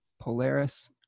Polaris